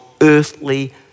earthly